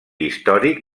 històric